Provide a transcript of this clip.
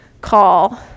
call